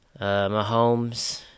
Mahomes